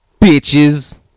bitches